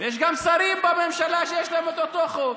ויש גם שרים בממשלה שיש להם את אותו חוק,